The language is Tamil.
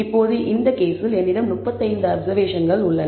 இப்போது இந்த கேஸில் என்னிடம் 35 அப்சர்வேஷன்கள் உள்ளன